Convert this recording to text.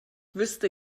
wüsste